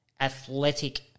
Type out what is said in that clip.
athletic